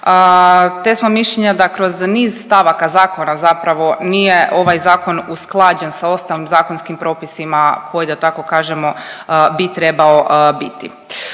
te smo mišljenja da kroz niz stavaka zakona zapravo nije ovaj zakon usklađen sa ostalim zakonskim propisima koji da tako kažemo bi trebao biti.